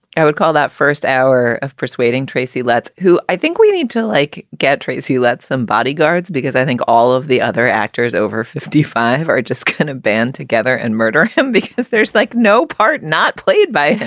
i would call that first hour of persuading tracy letts, who i think we need to like get tracy, let some bodyguards, because i think all of the other actors over fifty five are just kind of band together and murder him because there's like no part not played by.